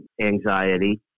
anxiety